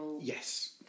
Yes